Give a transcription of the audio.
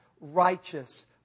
righteous